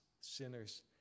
sinners